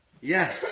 Yes